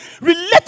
relate